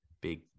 big